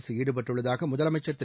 அரசு ஈடுபட்டுள்ளதாக முதலமைச்சர் திரு